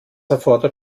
erfordert